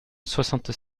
soixante